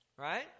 right